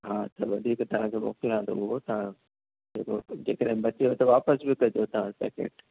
हा त वधीक तव्हांखे मोकिलियांव थो उहो तव्हां जेको जे कॾहिं बचेव त वापसि बि कजो तव्हां पैकेट